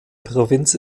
provinz